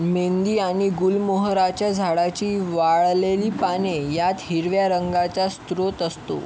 मेंदी आणि गुलमोहराच्या झाडाची वाळलेली पाने यात हिरव्या रंगाचा स्रोत असतो